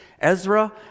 Ezra